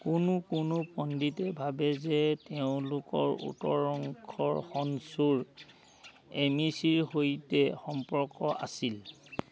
কোনো কোনো পণ্ডিতে ভাবে যে তেওঁলোকৰ উত্তৰ অংশৰ হনছুৰ এম ই চি ৰ সৈতে সম্পৰ্ক আছিল